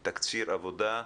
תלמידים,